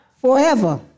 forever